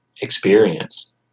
experience